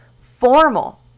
formal